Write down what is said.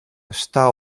està